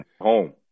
home